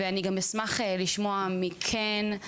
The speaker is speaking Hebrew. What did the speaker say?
ואני גם אשמח לשמוע מכן,